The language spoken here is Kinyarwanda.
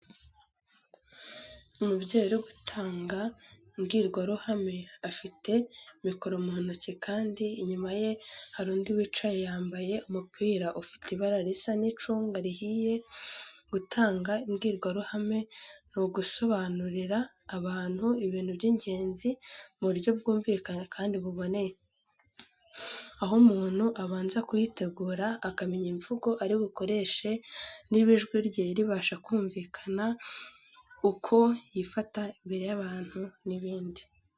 Umubyeyi uri gutanga imbwirwaruhame, afite mikoro mu ntoki kandi inyuma ye hari undi wicaye yambaye umupira ufite ibara risa n'icunga rihiye. Gutanga imbwirwaruhame ni ugusobanurira abantu ibintu by’ingenzi mu buryo bwumvikana kandi buboneye. Aho umuntu abanza kuyitegura, akamenya imvugo ari bukoreshe, niba ijwi rye ribasha kumvikana, uko yifata imbere y'abantu n'ibindi.